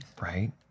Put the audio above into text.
Right